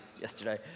yesterday